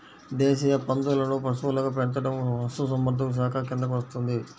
దేశీయ పందులను పశువులుగా పెంచడం పశుసంవర్ధక శాఖ కిందికి వస్తుంది